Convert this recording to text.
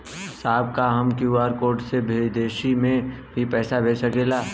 साहब का हम क्यू.आर कोड से बिदेश में भी पैसा भेज सकेला?